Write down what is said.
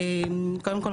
קודם כול,